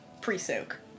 pre-soak